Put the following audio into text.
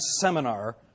seminar